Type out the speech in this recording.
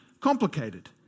complicated